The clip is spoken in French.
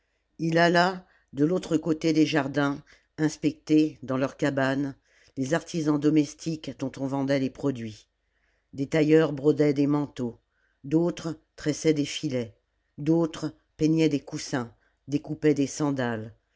li alla de l'autre côté des jardins inspecter dans leurs cabanes les artisans domestiques dont on vendait les produits des tailleurs brodaient des manteaux d'autres tressaient des fdets d'autres peignaient des coussins découpaient des sandales